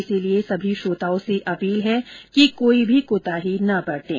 इसलिए सभी श्रोताओं से अपील है कि कोई भी कोताही न बरतें